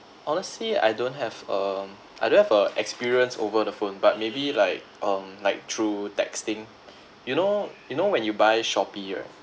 honestly I don't have um I don't have a experience over the phone but maybe like um like through texting you know you know when you buy Shopee right